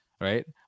right